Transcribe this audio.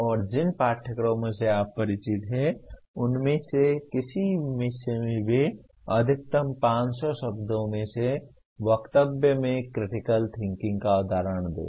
और जिन पाठ्यक्रमों से आप परिचित हैं उनमें से किसी में भी अधिकतम 500 शब्दों के वक्तव्य में क्रिटिकल थिंकिंग का उदाहरण दें